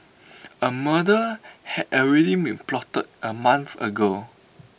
A murder had already been plotted A month ago